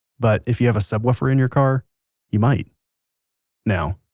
but if you have a subwoofer in your car you might now.